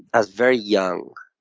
i was very young.